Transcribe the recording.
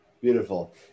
Beautiful